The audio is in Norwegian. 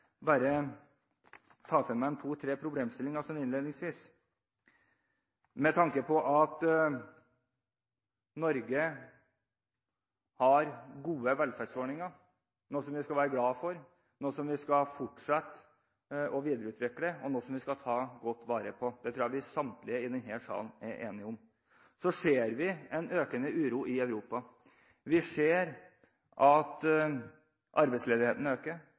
ta for meg to–tre problemstillinger innledningsvis. Samtidig som Norge har gode velferdsordninger – noe vi skal være glade for, noe vi skal fortsette å videreutvikle og ta godt vare på; det tror jeg samtlige i denne salen er enige om – så ser vi en økende uro i Europa. Vi ser at arbeidsledigheten øker,